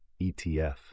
ETF